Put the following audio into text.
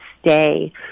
stay